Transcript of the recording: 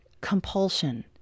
compulsion